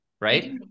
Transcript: right